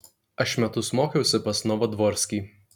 aš metus mokiausi pas novodvorskį